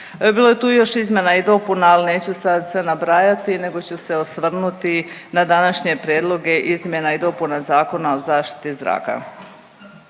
Bilo je tu još izmjena i dopuna, ali neću sad sve nabrajati nego ću se osvrnuti na današnje prijedloge izmjena i dopuna Zakona o zaštiti zraka.